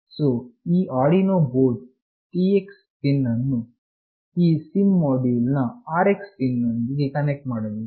ಸೋಈ Arduino board ನ TX pin ಅನ್ನು ಈ SIM ಮೊಡ್ಯುಲ್ ನ RX ಪಿನ್ ನೊಂದಿಗೆ ಕನೆಕ್ಟ್ ಮಾಡಬೇಕು